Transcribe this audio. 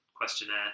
questionnaire